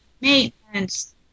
maintenance